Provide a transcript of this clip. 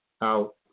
out